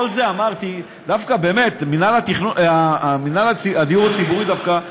מינהל הדיור הציבורי דווקא,